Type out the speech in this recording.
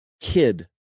kid